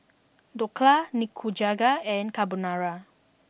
Dhokla Nikujaga and Carbonara